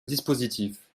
dispositif